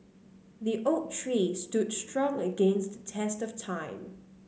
the oak tree stood strong against the test of time